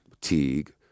Teague